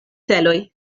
celoj